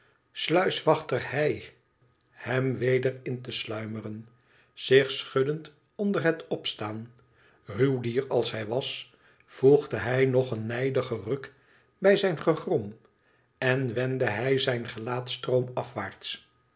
sluiswachter hei hem weder in te sluimeren zich schuddend onder het opstaan ruw dier als hij was voegde hij nog een nijdigen ruk bij zijn gegrom en wendde hij zijn gelaat